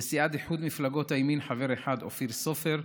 לסיעת איחוד מפלגות הימין חבר אחד, אופיר סופר,